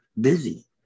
busy